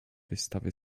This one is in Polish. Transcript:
wystawy